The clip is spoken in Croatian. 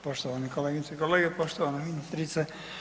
poštovane kolegice i kolege, poštovana ministrice.